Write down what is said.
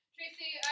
Tracy